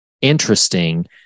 interesting